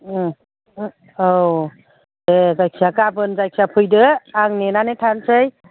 ओम औ दे जायखिया गाबोन जायखिया फैदो आं नेनानै थानोसै